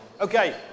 Okay